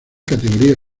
categoría